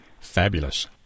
Fabulous